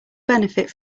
benefit